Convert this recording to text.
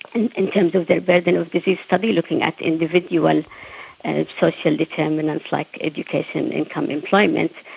and in terms of their burden of disease study, looking at individual and social determinants like education, income, employment,